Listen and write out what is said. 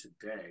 today